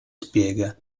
spiega